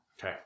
Okay